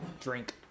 drink